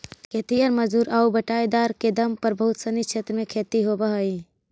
खेतिहर मजदूर आउ बटाईदार के दम पर बहुत सनी क्षेत्र में खेती होवऽ हइ